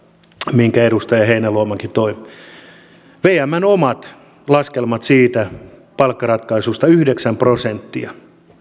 minkä edustaja heinäluomakin toi vmn omat laskelmat siitä palkkaratkaisusta yhdeksän prosenttia